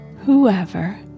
whoever